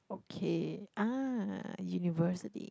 okay ah university